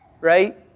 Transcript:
right